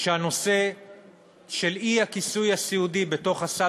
שהנושא של האי-כיסוי הסיעודי בתוך הסל